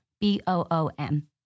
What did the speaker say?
B-O-O-M